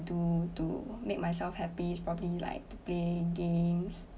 to to make myself happy is probably like to play games